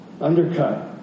undercut